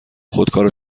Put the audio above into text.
خودکار